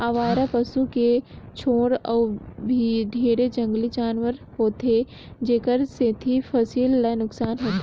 अवारा पसू के छोड़ अउ भी ढेरे जंगली जानवर होथे जेखर सेंथी फसिल ल नुकसान होथे